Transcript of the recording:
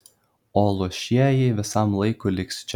o luošieji visam laikui liks čia